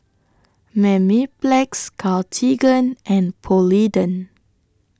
Mepilex Cartigain and Polident